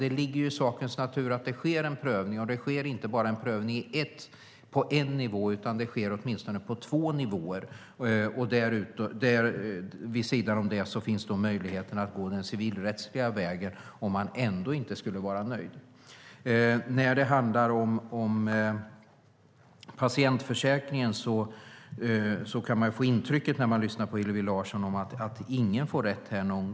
Det ligger i sakens natur att det sker en prövning, och prövning sker inte bara på en nivå utan på åtminstone två nivåer. Om man ändå inte skulle vara nöjd finns sedan möjlighet att gå den civilrättsliga vägen. När det gäller patientförsäkringen kan man när man lyssnar på Hillevi Larsson få intrycket att ingen någonsin får rätt.